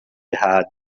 errada